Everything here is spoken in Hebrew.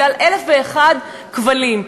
בגלל אלף ואחד כבלים.